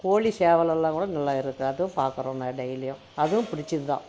கோழி சேவலெல்லாம் கூட நல்லா இருக்குது அதுவும் பார்க்கறோம் நான் டெய்லியும் அதுவும் பிடிச்சதுதான்